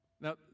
Now